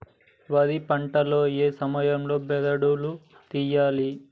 వరి పంట లో ఏ సమయం లో బెరడు లు తియ్యాలి?